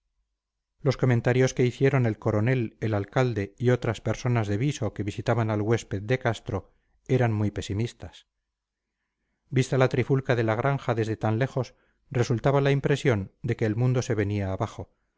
los comentarios que hicieron el coronel el alcalde y otras personas de viso que visitaban al huésped de castro eran muy pesimistas vista la trifulca de la granja desde tan lejos resultaba la impresión de que el mundo se venía abajo